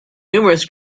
numerous